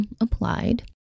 applied